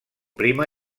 prima